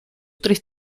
tres